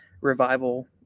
revival